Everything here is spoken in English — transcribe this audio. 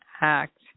act